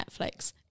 Netflix